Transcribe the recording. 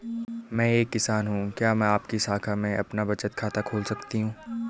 मैं एक किसान हूँ क्या मैं आपकी शाखा में अपना बचत खाता खोल सकती हूँ?